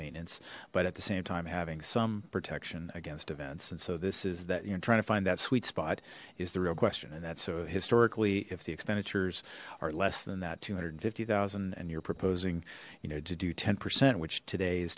maintenance but at the same time having some protection against events and so this is that you know trying to find that sweet spot is the real question and that's so historically if the expenditures are less than that two hundred and fifty thousand and you're proposing you know to do ten percent which today